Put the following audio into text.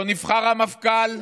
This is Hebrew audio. לא נבחר המפכ"ל,